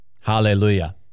Hallelujah